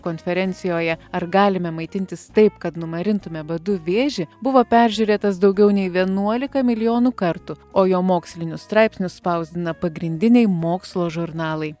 konferencijoje ar galime maitintis taip kad numarintume badu vėžį buvo peržiūrėtas daugiau nei vienuolika milijonų kartų o jo mokslinius straipsnius spausdina pagrindiniai mokslo žurnalai